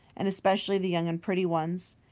and especially the young and pretty ones.